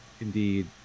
indeed